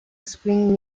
springs